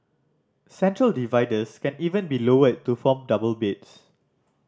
central dividers can even be lowered to form double beds